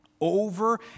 Over